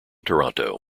toronto